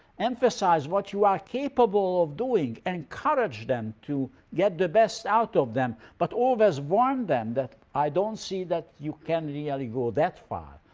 emphasize what you are capable of doing. encourage them to get the best out of them, but always warn them that, i don't see that you can really go that far.